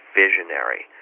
visionary